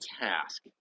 task